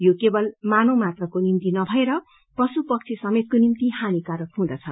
यो केवल मानव मात्रको निम्ति नभएर ष्णु पक्षीसमेतको निम्ति हानिकारक हुँदछ